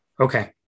okay